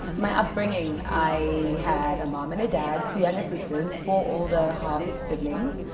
my upbringing i had a mom and a dad two younger sisters four older half siblings.